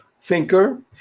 thinker